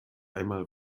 einmal